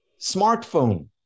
smartphone